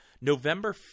November